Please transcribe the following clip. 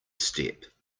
step